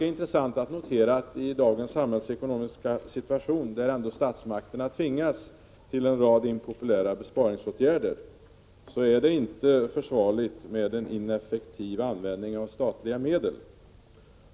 I dagens samhällsekonomiska situation, där statsmakterna tvingas till en rad impopulära besparingsåtgärder, är det inte försvarligt med en ineffektiv användning av statliga medel.